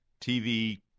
TV